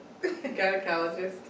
gynecologist